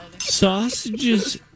Sausages